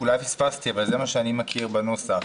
אולי פספסתי, אבל זה מה שאני מכיר בנוסח.